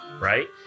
Right